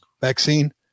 vaccine